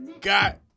got